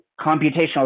computational